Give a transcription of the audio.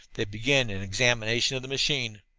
they began an examination of the machine.